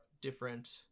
different